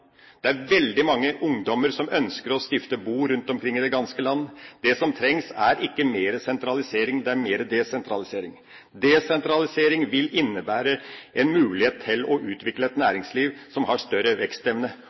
Det er veldig mange ungdommer som ønsker å stifte bo rundt i landet. Det som trengs, er ikke mer sentralisering, det er mer desentralisering. Desentralisering vil innebære en mulighet til å utvikle et næringsliv som har større vekstevne,